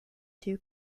two